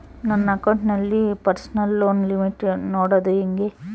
ನನ್ನ ಅಕೌಂಟಿನಲ್ಲಿ personal loan limit ನೋಡದು ಹೆಂಗೆ?